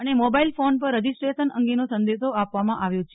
અને mobile phone પર registration અંગેનો સંદેશો આપવામાં આવ્યો છે